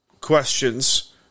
questions